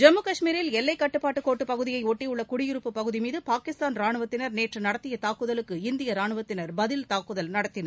ஜம்மு கஷ்மீரில் எல்லைக் கட்டுப்பாட்டு கோட்டுப் பகுதியை ஒட்டியுள்ள குடியிருப்பு பகுதி மீது பாகிஸ்தான் ராணுவத்தினா் நேற்று நடத்திய தாக்குதலுக்கு இந்திய ராணுவத்தினா் பதில் தாக்குதல் நடத்தின்